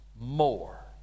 more